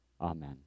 Amen